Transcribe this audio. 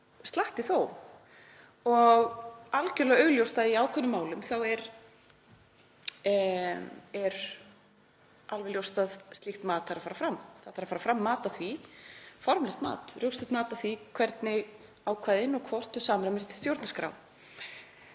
slatti þó og algerlega augljóst að í ákveðnum málum er alveg ljóst að slíkt mat þarf að fara fram. Það þarf að fara fram mat á því, formlegt mat, rökstutt mat, hvernig og hvort ákvæðin samræmast stjórnarskrá.